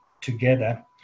together